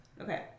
Okay